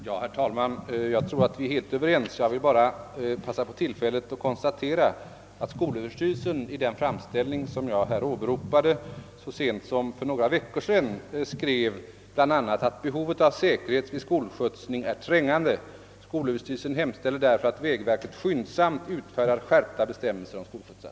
Herr talman! Jag tror att herr Sjöholm och jag är helt överens i denna fråga. Jag passar emellertid på tillfället att konstatera att skolöverstyrelsen i den framställning jag här åberopat så sent som för några veckor sedan skrev bl.a.: »Behovet av säkerhet vid skolskjutsning är trängande. Skolöverstyrelsen hemställer därför att vägverket skyndsamt utfärdar skärpta bestämmelser om skolskjutsar.»